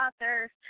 authors